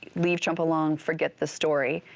leave trump alone, forget the story.